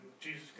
Jesus